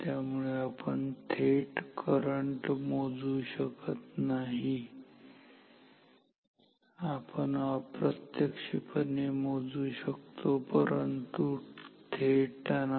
त्यामुळे आपण थेट करंट मोजू शकत नाही आपण अप्रत्यक्षपणे मोजू शकतो परंतु थेट नाही